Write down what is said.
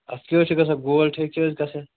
اَتھ کیٛاہ حظ چھُ گژھان گول ٹھیکہٕ چھُ حظ گژھان